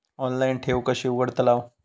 Online ठेव कशी उघडतलाव?